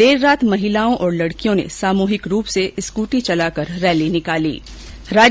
कल रात में महिलाओं और लडकियों ने सामूहिक रूप से स्कूटी चलाकर रैली निकाली गई